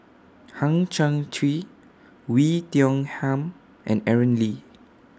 Hang Chang Chieh Oei Tiong Ham and Aaron Lee